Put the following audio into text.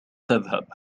تذهب